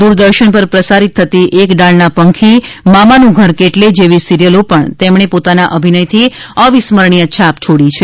દૂરદર્શન પર પ્રસારિત થતી એક ડાળના પંખી મામાનુ ઘર કેટલે જેવી સિરિયલો પણ તેમણે પોતાના અભિનયની અવિસ્મરણીય છાપ છોડી છે